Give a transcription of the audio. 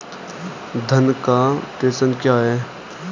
धन का प्रेषण क्या है?